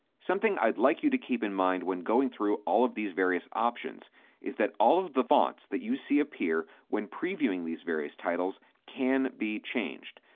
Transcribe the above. something i'd like you to keep in mind when going through all of these various options is that all of the fonts that you see appear when previewing these various titles can be changed,